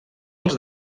pels